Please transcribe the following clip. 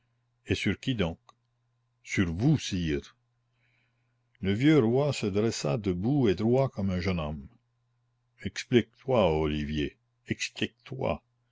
et sur qui donc sur vous sire le vieux roi se dressa debout et droit comme un jeune homme explique-toi olivier explique-toi